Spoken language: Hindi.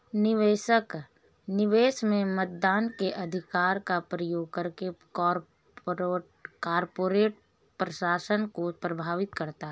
निवेशक, निवेश में मतदान के अधिकार का प्रयोग करके कॉर्पोरेट प्रशासन को प्रभावित करते है